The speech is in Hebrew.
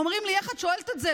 אומרים לי: איך את שואלת את זה?